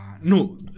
No